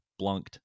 blunked